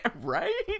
right